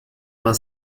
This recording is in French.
vingt